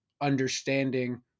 understanding